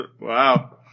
Wow